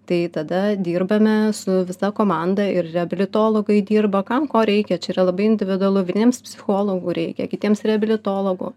tai tada dirbame su visa komanda ir reabilitologau dirba kam ko reikia čia yra labai individualu vienims psichologų reikia kitiems reabilitologo